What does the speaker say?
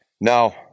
Now